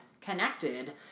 connected